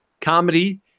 comedy